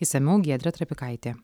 išsamiau giedrė trapikaitė